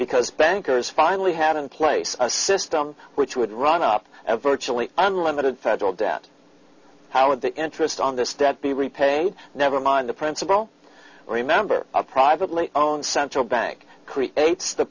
because bankers finally had in place a system which would run up and virtually unlimited federal debt how would the interest on this debt be repaid never mind the principle remember of privately own central bank creates the